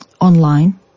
online